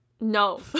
no